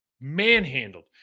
manhandled